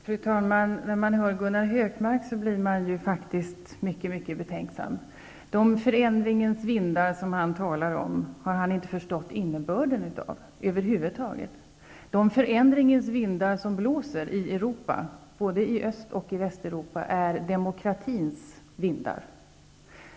Fru talman! När man hör Gunnar Hökmark blir man ju faktiskt mycket betänksam. De förändringens vindar som han talar om har han över huvud taget inte förstått innebörden av. De förändringens vindar som blåser i Europa, både i Öst och i Västeuropa, är demokratins vindar.